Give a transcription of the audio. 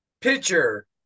Pitcher